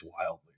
wildly